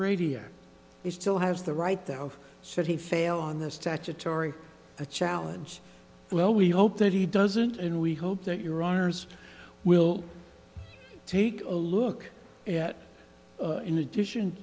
bravia he still has the right to have said he failed on the statutory a challenge well we hope that he doesn't and we hope that your honour's will take a look at in addition